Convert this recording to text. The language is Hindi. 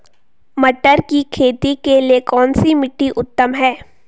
मटर की खेती के लिए कौन सी मिट्टी उत्तम है?